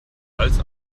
als